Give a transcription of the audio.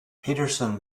peterson